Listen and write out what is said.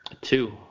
Two